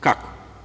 Kako?